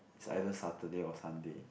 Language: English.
so either Saturday or Sunday